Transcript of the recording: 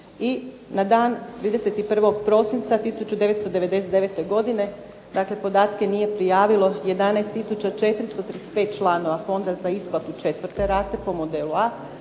i na dan 31. prosinca 1999. godine dakle podatke nije prijavilo 11 tisuća 435 članova fonda za isplatu četvrte rate po modelu A